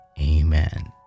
Amen